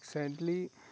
exactly